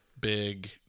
big